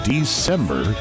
December